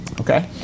Okay